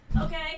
Okay